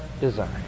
design